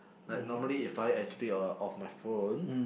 like normally if I actually uh off my phone